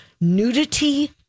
nudity